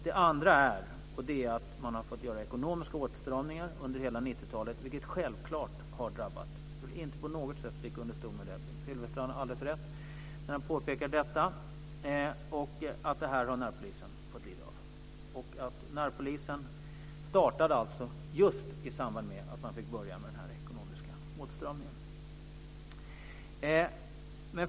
Det andra är att man har fått göra ekonomiska åtstramningar under hela 1990 talet, vilket självfallet har drabbat närpolisen. Jag vill inte på något sätt sticka under stol med det. Bengt Silfverstrand har alldeles rätt när han påpekar detta. Närpolisen har fått lida av det här. Den startade ju just i samband med att man fick börja med den ekonomiska åtstramningen.